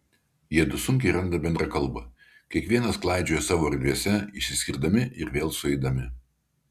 jiedu sunkiai randa bendrą kalbą kiekvienas klaidžioja savo erdvėse išsiskirdami ir vėl sueidami